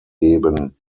geben